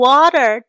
Water